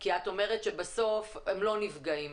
כי את אומרת שבסוף הם לא נפגעים.